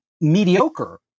mediocre